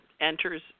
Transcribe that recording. enters